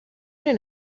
این